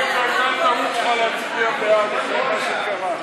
בטרם הגשת כתב אישום,